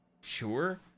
Sure